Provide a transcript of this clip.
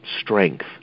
strength